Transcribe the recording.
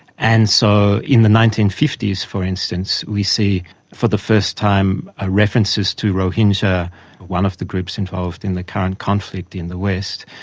and so in the nineteen fifty s, for instance, we see for the first time ah references to rohingya, one of the groups involved in the current conflict in the west,